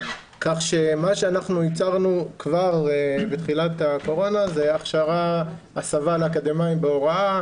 כך שמה שאנחנו ייצרנו כבר בתחילת הקורונה זה הסבה לאקדמאים בהוראה,